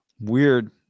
weird